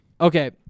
Okay